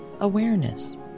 awareness